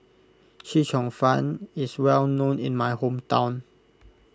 Chee Cheong Fun is well known in my hometown